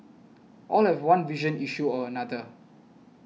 all have one vision issue or another